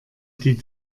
die